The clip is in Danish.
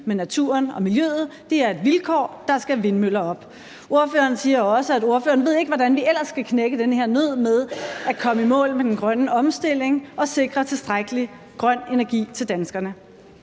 med naturen og miljøet, og at det er et vilkår, for der skal sættes vindmøller op. Ordføreren siger også, at ordføreren ikke ved, hvordan vi ellers skal knække den her nød med at komme i mål med den grønne omstilling og sikre tilstrækkelig grøn energi til danskerne.